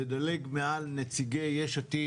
לדלג מעל נציגי יש עתיד